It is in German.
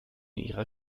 ihrer